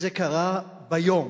זה קרה ביום